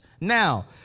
Now